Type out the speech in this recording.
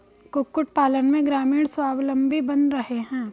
कुक्कुट पालन से ग्रामीण स्वाबलम्बी बन रहे हैं